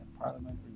Parliament